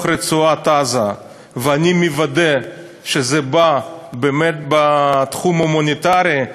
רצועת-עזה ואני מוודא שזה בא באמת בתחום ההומניטרי,